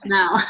now